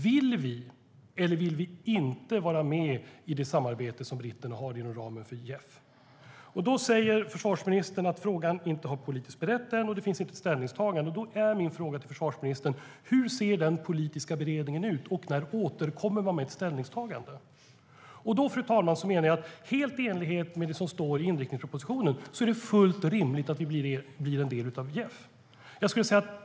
Vill vi eller vill vi inte vara med i det samarbete som britterna har inom ramen för JEF? Försvarsministern säger att frågan inte har beretts politiskt än, och det finns inte ett ställningstagande. Men hur ser den politiska beredningen ut? När återkommer man med ett ställningstagande? Fru talman! Helt i enlighet med det som står i inriktningspropositionen är det fullt rimligt att Sverige blir en del av JEF.